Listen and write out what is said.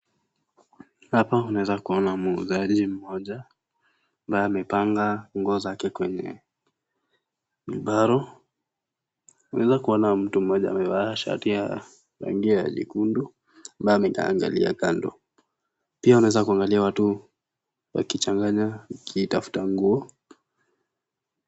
Hapa naweza kuona muuzaji moja naye amepanga nguo zake kwenye wheelbarrow unaweza kuona mtu moja amevaa shati ya rangi ya nyekundu na ameangalia kando. Pia unaweza kuangalia watu wakichanganya wakitafuta nguo,